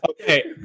Okay